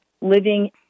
living